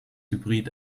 hybrid